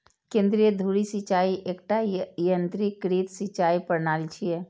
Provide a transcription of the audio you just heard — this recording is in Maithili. केंद्रीय धुरी सिंचाइ एकटा यंत्रीकृत सिंचाइ प्रणाली छियै